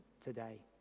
today